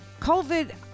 COVID